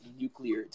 Nuclear